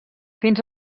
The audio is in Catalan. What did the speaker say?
fins